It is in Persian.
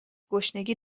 گشنگی